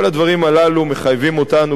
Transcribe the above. כל הדברים הללו מחייבים אותנו,